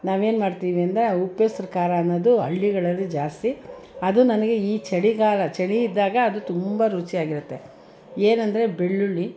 ನಾವೇನು ಮಾಡ್ತೀವಿ ಅಂದರೆ ಆ ಉಪ್ಪೆಸ್ರು ಖಾರ ಅನ್ನೋದು ಹಳ್ಳಿಗಳಲ್ಲಿ ಜಾಸ್ತಿ ಅದು ನನಗೆ ಈ ಚಳಿಗಾಲ ಚಳಿ ಇದ್ದಾಗ ಅದು ತುಂಬ ರುಚಿಯಾಗಿರುತ್ತೆ ಏನೆಂದ್ರೆ ಬೆಳ್ಳುಳ್ಳಿ